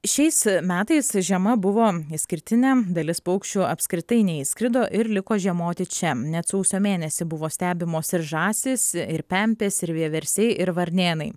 šiais metais žiema buvo išskirtinė dalis paukščių apskritai neišskrido ir liko žiemoti čia net sausio mėnesį buvo stebimos ir žąsys ir pempės ir vieversiai ir varnėnai